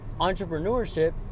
entrepreneurship